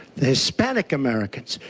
the hispanic americans.